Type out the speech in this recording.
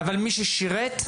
ומי ששירת?